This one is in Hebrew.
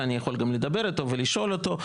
ואני יכול גם לדבר איתו ולשאול אותו.